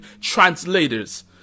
translators